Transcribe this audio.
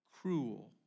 cruel